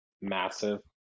massive